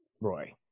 Roy